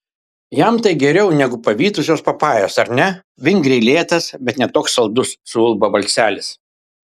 jam tai geriau negu pavytusios papajos ar ne vingriai lėtas bet ne toks saldus suulba balselis